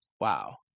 wow